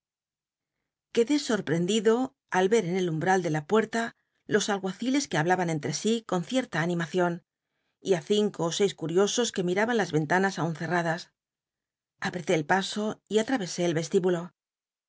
quedé sorprendido al ver en el umbral de la puerta los alguaciles que hablaban enllc í con cierta aniroacion y i cinco ó seis cul'iosos que miraban las entanas aun cerradas apreté el paso y attavesé el vestíbulo los